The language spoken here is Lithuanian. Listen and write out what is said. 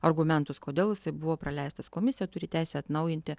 argumentus kodėl jisai buvo praleistas komisija turi teisę atnaujinti